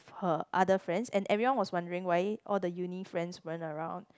her other friends and everyone was wondering why all the uni friends weren't around